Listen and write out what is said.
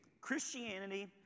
Christianity